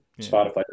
Spotify